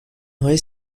های